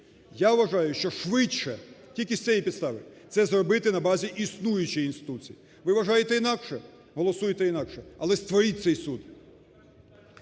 Я вважаю, що швидше, тільки з цієї підстави, це зробити на базі існуючої інституції. Ви вважаєте інакше, голосуйте інакше, але створіть цей суд.